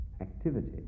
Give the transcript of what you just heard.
activity